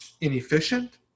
inefficient